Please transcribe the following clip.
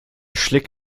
schlick